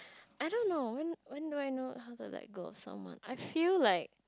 I don't know when when do I know how do like go out someone I feel like